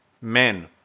Men